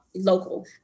local